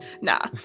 Nah